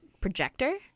projector